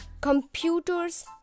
computers